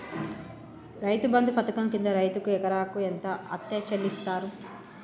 రైతు బంధు పథకం కింద రైతుకు ఎకరాకు ఎంత అత్తే చెల్లిస్తరు?